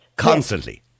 constantly